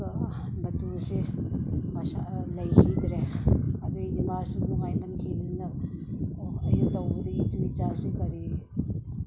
ꯃꯇꯨꯁꯦ ꯃꯁꯥ ꯂꯩꯈꯤꯗ꯭ꯔꯦ ꯑꯗꯒꯤꯗꯤ ꯃꯥꯁꯨ ꯅꯨꯡꯉꯥꯏꯃꯟꯈꯤꯗꯗꯅ ꯑꯣ ꯑꯩꯅ ꯇꯧꯕꯗꯒꯤ ꯏꯇꯨ ꯏꯆꯥꯁꯨ ꯀꯔꯤ